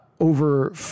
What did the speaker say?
over